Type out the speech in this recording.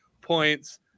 points